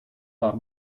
par